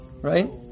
right